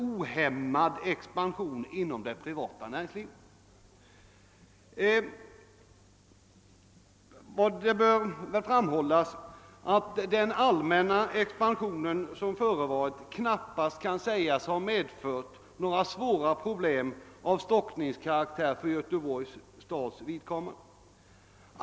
ohämmad expansion inom det privata nä Det bör framhållas att den allmänna expansion som förekommit knappast kan sägas ha medfört några svåra problem av stockningskaraktär för Göteborgs stads vidkommande.